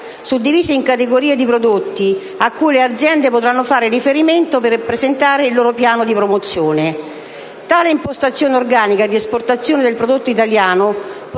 suddivisi in categorie di prodotti a cui le aziende potranno fare riferimento per presentare il loro piano di promozione. Tale impostazione organica di esportazione del prodotto italiano potrebbe